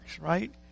right